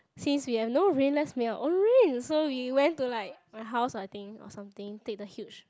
since we have no rain let's make our own rain so we went to like my house I think or something take the huge